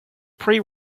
pre